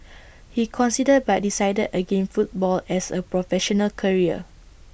he considered but decided again football as A professional career